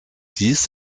dies